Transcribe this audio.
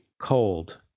cold